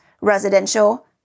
residential